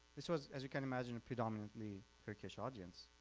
this was, as you can imagine, a predominantly kurdish audience,